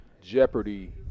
jeopardy